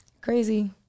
Crazy